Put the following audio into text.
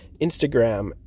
Instagram